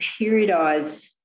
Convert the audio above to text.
periodise